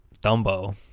Dumbo